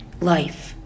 life